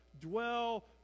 dwell